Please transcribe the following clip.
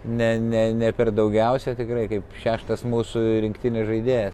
ne ne ne per daugiausiai tikrai kaip šeštas mūsų rinktinės žaidėjas